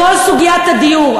בכל סוגיית הדיור,